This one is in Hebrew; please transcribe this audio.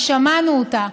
ושמענו אותה.